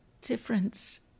difference